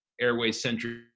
airway-centric